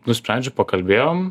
nusprendžiau pakalbėjom